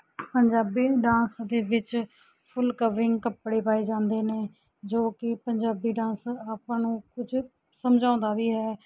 Punjabi dance ਦੇ ਵਿੱਚ full covering ਕੱਪੜੇ ਪਾਏ ਜਾਂਦੇ ਨੇ ਜੋ ਕਿ ਪੰਜਾਬੀ ਡਾਂਸ ਆਪਾਂ ਨੂੰ ਕੁਛ ਸਮਝਾਉਂਦਾ ਵੀ ਹੈ